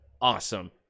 awesome